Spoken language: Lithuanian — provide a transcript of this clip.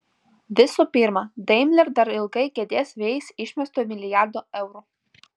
visų pirma daimler dar ilgai gedės vėjais išmesto milijardo eurų